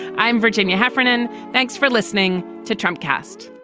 i'm virginia heffernan. thanks for listening to trump. cast